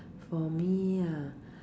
for me ah